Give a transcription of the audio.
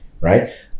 right